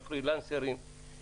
פיני, תן לו לומר את הדברים.